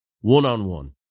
one-on-one